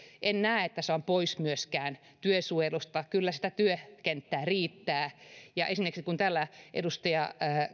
en näe että se on pois myöskään työsuojelusta kyllä sitä työkenttää riittää ja kun täällä edustaja